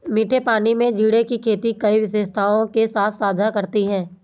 मीठे पानी में झींगे की खेती कई विशेषताओं के साथ साझा करती है